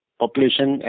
population